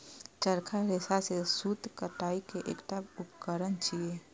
चरखा रेशा सं सूत कताइ के एकटा उपकरण छियै